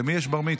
למי יש בר-מצווה?